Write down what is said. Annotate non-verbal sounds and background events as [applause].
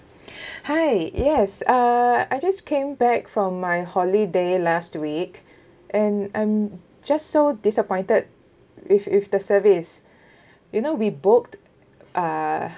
[breath] hi yes uh I just came back from my holiday last week and I'm just so disappointed with with the service you know we booked uh